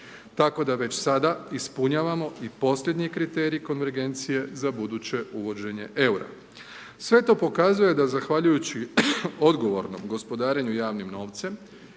Tako da već sada ispunjavamo i posljednje kriterije konvergencije za buduće uvođenje EUR-a. Sve to pokazuje da zahvaljujući odgovornom gospodarenju javnim novcem